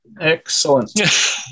Excellent